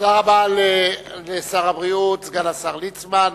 תודה רבה לסגן השר ליצמן.